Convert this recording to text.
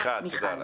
מיכל, תודה לך.